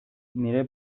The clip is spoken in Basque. nire